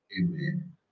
Amen